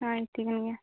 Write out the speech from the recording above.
ᱦᱳᱭ ᱴᱷᱤᱠᱟᱹᱱ ᱜᱮᱭᱟ